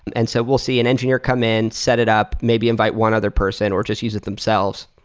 and so we'll see an engineer come in, set it up, maybe invite one other person or just use it themselves.